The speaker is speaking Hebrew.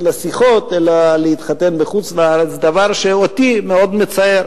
לשיחות אלא להתחתן בחוץ-לארץ דבר שאותי מאוד מצער.